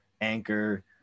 Anchor